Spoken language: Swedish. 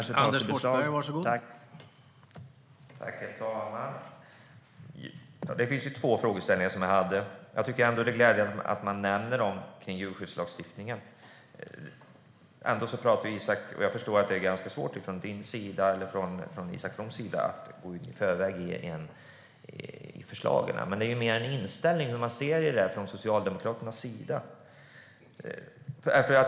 Herr talman! Det var två frågeställningar som jag hade. Det är ändå glädjande att man nämner detta med djurskyddslagstiftningen. Jag förstår att det är ganska svårt att från Isak Froms sida i förväg gå in på förslagen, men det handlar mer om en inställning, hur man ser på detta från Socialdemokraternas sida.